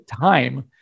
time